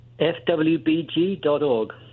fwbg.org